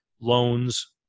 loans